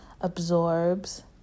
absorbs